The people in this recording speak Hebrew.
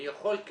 אני יכול,